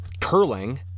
curling